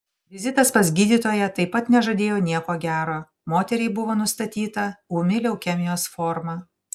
vizitas pas gydytoją taip pat nežadėjo nieko gero moteriai buvo nustatyta ūmi leukemijos forma